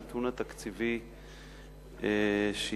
הנתון התקציבי שהצגת,